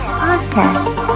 podcast